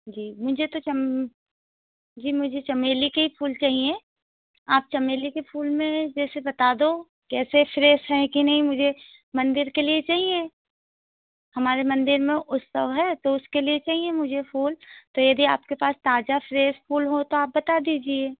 जी मुझे तो चम जी मुझे चमेली के ही फूल चाहिए आप चमेली के फूल में जैसे बता दो कैसे फ्रेस हैं कि नहीं मुझे मंदिर के लिए चाहिए हमारे मंदिर में उत्सव है तो उसके लिए चाहिए मुझे फूल तो यदि आपके पास ताजा फ्रेस फूल हों तो आप बता दीजिए